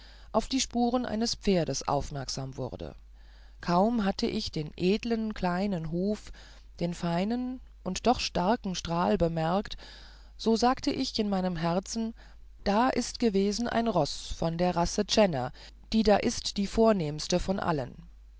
auf die spuren eines pferdes aufmerksam wurde kaum hatte ich den edlen kleinen huf den feinen und doch starken strahl bemerkt so sagte ich in meinem herzen da ist gewesen ein roß von der race tschenner die da ist die vornehmste von allen